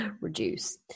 reduce